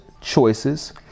choices